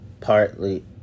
partly